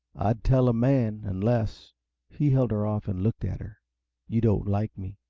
i'd tell a man! unless he held her off and looked at her you don't like me.